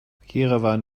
jerewan